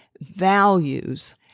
values